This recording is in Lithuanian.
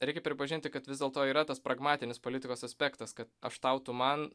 reikia pripažinti kad vis dėlto yra tas pragmatinis politikos aspektas kad aš tau tu man